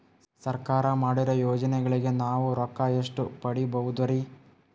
ಸರ್ಕಾರ ಮಾಡಿರೋ ಯೋಜನೆಗಳಿಗೆ ನಾವು ರೊಕ್ಕ ಎಷ್ಟು ಪಡೀಬಹುದುರಿ?